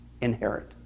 inherit